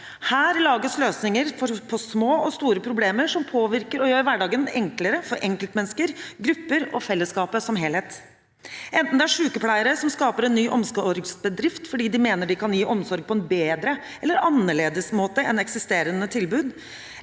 Her lages løsninger på små og store problemer som påvirker og gjør hverdagen enklere for enkeltmennesker, grupper og fellesskapet som helhet, enten det er sykepleiere som skaper en ny omsorgsbedrift fordi de mener de kan gi omsorg på en bedre eller annerledes måte enn eksisterende tilbud,